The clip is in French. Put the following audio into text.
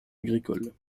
agricole